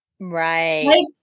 Right